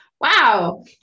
wow